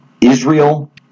Israel